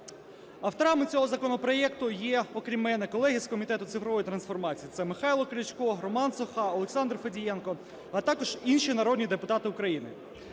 Авторами цього законопроекту є, окрім мене, колеги з Комітету цифрової трансформації, це Михайло Крячко, Роман Соха, Олександр Федієнко, а також інші народні депутати України.